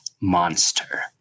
monster